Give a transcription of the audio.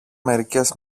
μερικές